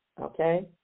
okay